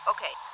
Okay